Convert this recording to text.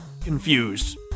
confused